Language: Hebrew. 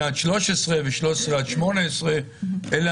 או 2008 עד 2013 ו-2013 עד 2018. אלה